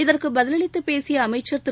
இதற்கு பதிலளித்து பேசிய அமைச்ச் திரு